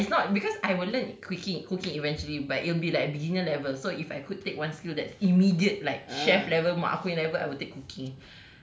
like ah but it's not because I will learn cooki~ cooking eventually but it will be like beginner level so if I could take one skill that's immediate like chef level mak aku punya level I will take cooking